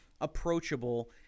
approachable